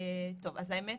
ראשית